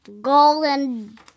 golden